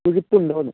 പുളിപ്പുണ്ടോന്ന്